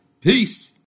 peace